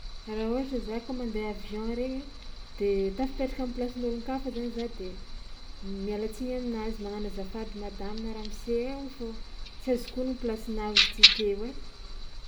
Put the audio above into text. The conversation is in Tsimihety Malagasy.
Raha ôhatra za kôa mandeha avion regny ai de tafapetraka am'plasin'ôlon-kafa zany de miala tsiny aminazy magnano azafady madamo na ramose ai o fô tsy azoko ono plasinao izy ty teo ai.